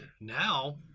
Now